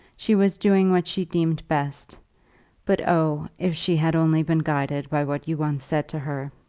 she was doing what she deemed best but oh, if she had only been guided by what you once said to her!